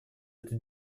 эту